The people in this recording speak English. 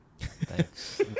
Thanks